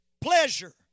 pleasure